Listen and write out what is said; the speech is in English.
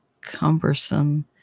cumbersome